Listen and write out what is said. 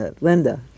Linda